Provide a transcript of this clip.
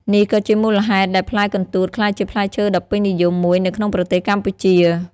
នេះក៏ជាមូលហេតុដែលផ្លែកន្ទួតក្លាយជាផ្លែឈើដ៏ពេញនិយមមួយនៅក្នុងប្រទេសកម្ពុជា។